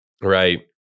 Right